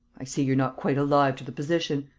i see you're not quite alive to the position.